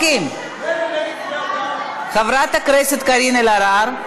2016, חברת הכנסת קארין אלהרר,